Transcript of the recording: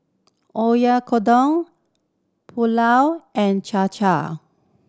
Oyakodon Pulao and